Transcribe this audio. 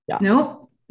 Nope